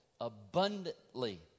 abundantly